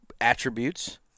attributes